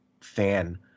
fan